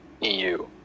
EU